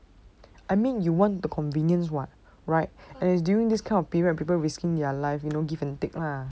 I mean you want the convenience [what] right as during this kind of period people risking their lives you know give and take lah